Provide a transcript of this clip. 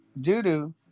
doo-doo